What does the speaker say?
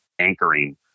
anchoring